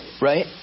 Right